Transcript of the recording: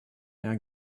now